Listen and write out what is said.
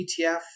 ETF